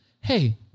hey